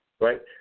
right